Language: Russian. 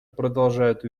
продолжают